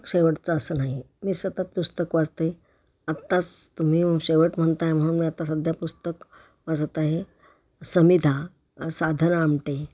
शेवटचं असं नाही मी सतत पुस्तक वाचते आत्ताच तुम्ही शेवट म्हणताय म्हणून मी आत्ता सध्या पुस्तक वाचत आहे समीधा साधना आमटे